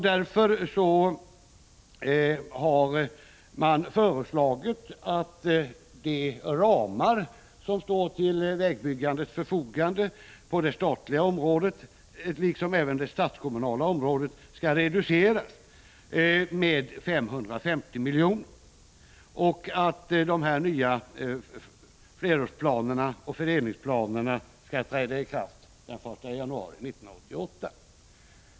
Därför har man föreslagit att de ramar som står till vägbyggandets förfogande på det statliga området, liksom på det statskommunala området, skall reduceras med 550 milj.kr. och att de nya flerårsplanerna skall träda i kraft den 1 januari 1988.